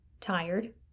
Tired